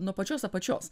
nuo pačios apačios